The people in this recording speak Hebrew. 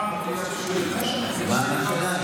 דבי, סליחה,